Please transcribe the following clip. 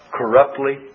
corruptly